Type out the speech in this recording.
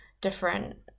different